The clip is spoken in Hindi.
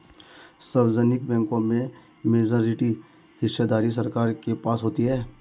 सार्वजनिक बैंकों में मेजॉरिटी हिस्सेदारी सरकार के पास होती है